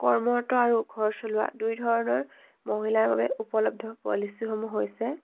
কৰ্মৰত আৰু ঘৰ চলোৱা দুই ধৰণৰ মহিলাৰ বাবে উপলব্ধ পলিচীসমূহ হৈছে